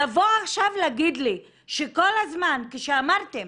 לבוא עכשיו להגיד לי שכל הזמן כשאמרתם